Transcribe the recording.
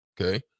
Okay